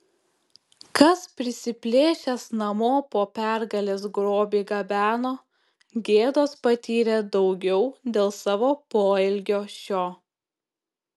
kas prisiplėšęs namo po pergalės grobį gabeno gėdos patyrė daugiau dėl savo poelgio šio